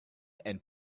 and